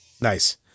Nice